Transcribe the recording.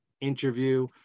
interview